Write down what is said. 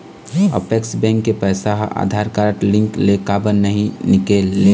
Apex bank के पैसा हा आधार कारड लिंक ले काबर नहीं निकले?